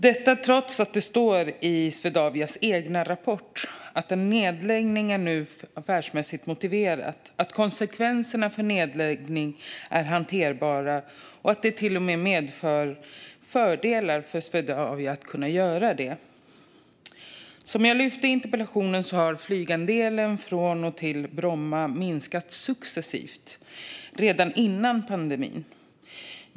Detta är beskedet trots att det står i Swedavias egen rapport att en nedläggning nu är affärsmässigt motiverad, att konsekvenserna av en nedläggning är hanterbara och att det till och med medför fördelar för Swedavia att göra det. Som jag lyfte i interpellationen minskade flygandelen från och till Bromma successivt redan före pandemin.